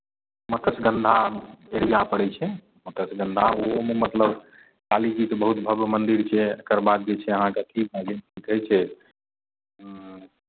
Matsyagandha area पड़ै छै मत्स्यगंधा ओहुमे मतलब कालीजीके बहुत भव्य मन्दिर छै एकर बाद जे छै अहाँके की कहलियै की कहै छै